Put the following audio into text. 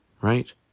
Right